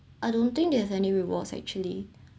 I don't think there's any rewards actually